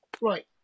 Right